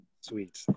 Sweet